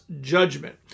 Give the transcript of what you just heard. judgment